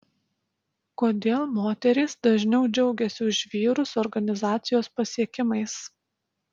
kodėl moterys dažniau džiaugiasi už vyrus organizacijos pasiekimais